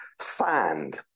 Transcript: sand